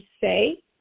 say